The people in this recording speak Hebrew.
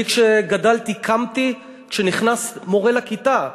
אני, כשגדלתי, קמתי כשנכנס מורה לכיתה.